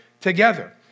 together